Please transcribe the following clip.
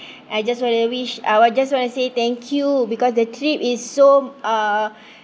I just wanna wish uh I just want to say thank you because the trip is so uh